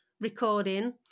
recording